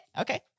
Okay